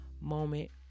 moment